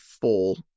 full